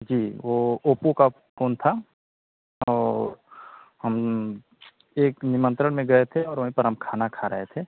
जी वो ओपू का फोन था और हम एक निमंत्रण में गए थे और वहीं पर हम खाना खा रहे थे